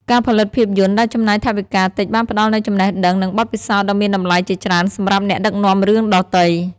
ការផលិតភាពយន្តដែលចំណាយថវិកាតិចបានផ្តល់នូវចំណេះដឹង និងបទពិសោធន៍ដ៏មានតម្លៃជាច្រើនសម្រាប់អ្នកដឹកនាំរឿងដទៃ។